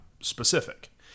specific